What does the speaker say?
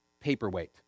paperweight